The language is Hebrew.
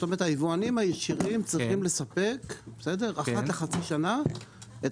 היבואנים הישירים צריכים לספק אחת לחצי שנה את